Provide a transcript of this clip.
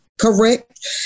correct